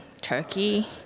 turkey